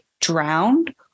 drowned